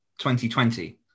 2020